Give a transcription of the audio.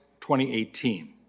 2018